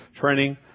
training